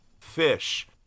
Fish